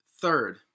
Third